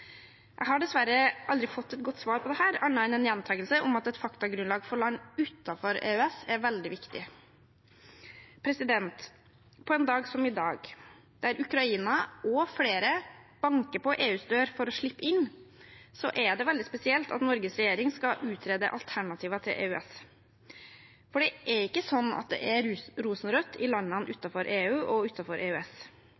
Jeg har dessverre aldri fått et godt svar på dette, annet enn en gjentakelse av at et faktagrunnlag for land utenfor EØS er veldig viktig. På en dag som i dag, da Ukraina og flere banker på EUs dør for å slippe inn, er det veldig spesielt at Norges regjering skal utrede alternativer til EØS. For det er ikke sånn at det er rosenrødt i landene